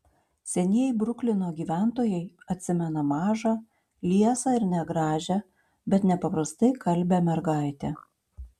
senieji bruklino gyventojai atsimena mažą liesą ir negražią bet nepaprastai kalbią mergaitę